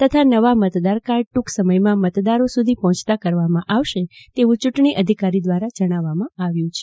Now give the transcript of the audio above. તથા નવા મતદાર કાર્ડ ટ્રંક સમયમાં મતદારો સુધી પહોચતા કરવામાં આવશે તેવું ચૂંટણી અધિકારી દ્વારા જણાવવામાં આવ્યું છે